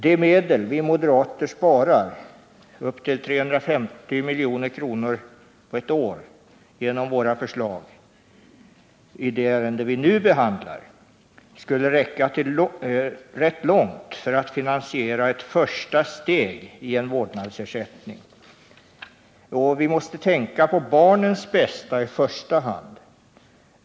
De medel — upp till 350 milj.kr. under ett år —- vi moderater sparar genom våra förslag i det ärende vi nu behandlar skulle räcka ganska långt för att finansiera ett första steg i en vårdnadsersättningsreform. Vi måste i första hand tänka på barnens bästa.